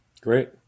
Great